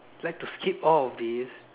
like to skip all of this